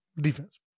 defense